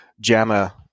JAMA